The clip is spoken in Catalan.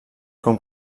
com